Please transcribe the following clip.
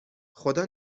خدا